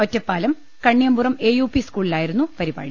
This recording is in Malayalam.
Ottapalam Kanniyampuram A U P സ്കൂളിലായിരുന്നു പരിപാടി